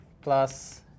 plus